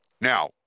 Now